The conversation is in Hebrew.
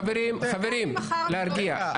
חברים, להרגיע.